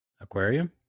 aquarium